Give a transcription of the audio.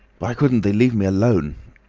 why couldn't they leave me alone?